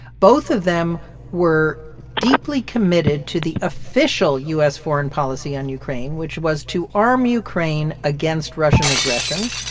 both of them were deeply committed to the official u s. foreign policy on ukraine, which was to arm ukraine against russian aggression.